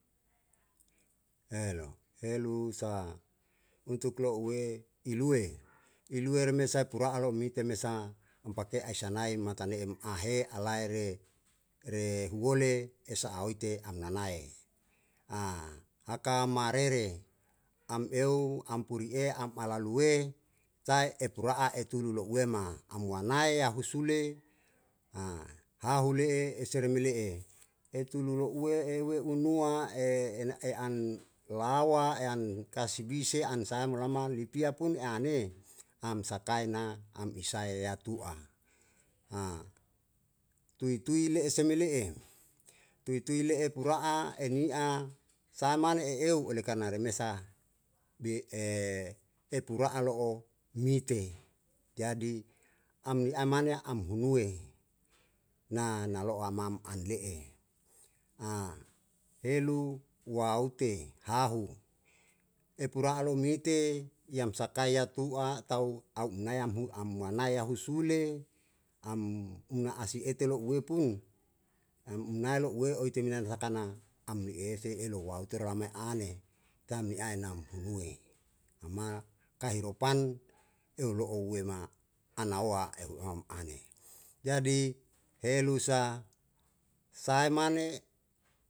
Helo helu sa untuk lo'ue iluwe, iluwerme sae pura a lo'o mite me sa'a am pake ae syanae matane em ahe alae re re huole esa'a uite am naane aka marere am eu am puri e am ala luwe sae etura'a etu lulo'ue ma am wanae yahusule hahu le'e esere me le'e etu lulo'ue e we u nua e an lawa e an kasibi se an sahae me lama lipia pun e ane, am sakae na am isae yatu'a tui tui le'e se me le'e tui tui le'e pura'a e ni'a sahae mane e eu oleh karna re mesa bi e pura'a lo'o mite, jadi am ni ae mane am hunue na nalo'o amam an le'e helu uwaute hahu e pura'a lou mite yam sakai yatu'a tau au umnayam hu am wanaya husule am una asi ete lo'ue pun am unae lo'ue oete minan sakana am li ese elo wau tura mae ane tam mi ae nam hunue ama kahiropan eu lo'o weuma anaoa ehu emam ane jadi helu sa sae mane.